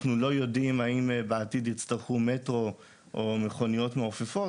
אנחנו לא יודעים האם בעתיד יצטרכו מטרו או מכוניות מעופפות.